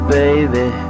baby